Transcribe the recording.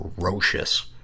ferocious